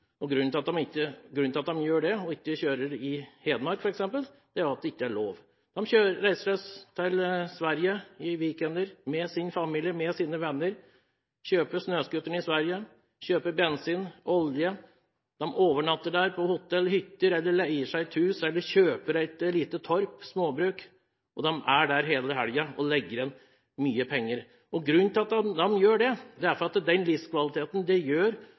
snøscooter. Grunnen til at de gjør det og ikke kjører i Hedmark, f.eks., er jo at det ikke er lov. De reiser til Sverige i weekender med familie og venner, kjøper snøscooter i Sverige, kjøper bensin og olje, overnatter der på hotell eller hytter eller leier seg et hus eller kjøper et lite torp eller småbruk, og de er der hele helgen og legger igjen mye penger. Grunnen til at de gjør det, er at det å ha en snøscooter i kontrollerte former og kjøre på godkjente leder gir dem livskvalitet. Den livskvaliteten